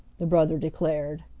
the brother declared.